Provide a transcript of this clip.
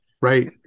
right